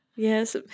Yes